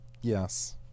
yes